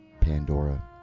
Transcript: Pandora